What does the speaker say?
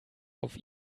auf